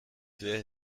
der